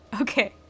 Okay